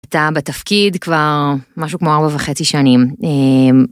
אתה בתפקיד כבר משהו כמו ארבע וחצי שנים.